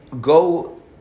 go